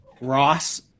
Ross